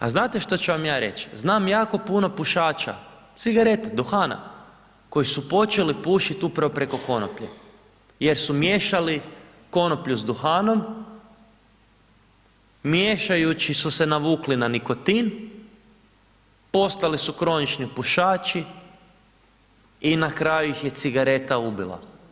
A znate što ću vam ja reći, znam jako puno pušača cigareta, duhana koji su počeli pušiti upravo preko konoplje jer su miješali konoplju s duhanom, miješajući su se navukli na nikotin, postali su kronični pušači i na kraju ih je cigareta ubila.